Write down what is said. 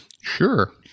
Sure